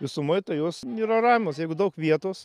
visumoj tai jos yra ramios jeigu daug vietos